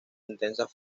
intensas